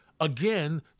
again